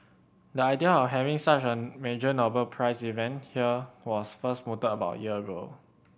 the idea of having such an major Nobel Prize event here was first mooted about a year ago